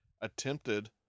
attempted